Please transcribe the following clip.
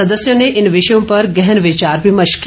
सदस्यों ने इन विषयों पर गहन विचार विमर्श किया